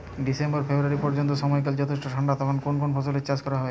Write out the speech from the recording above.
December February পর্যন্ত সময়কাল যথেষ্ট ঠান্ডা তখন কোন কোন ফসলের চাষ করা হয়?